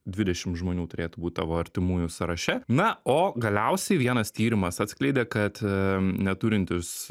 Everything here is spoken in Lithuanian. dvidešimt žmonių turėtų būt tavo artimųjų sąraše na o galiausiai vienas tyrimas atskleidė kad neturintys